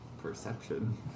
Perception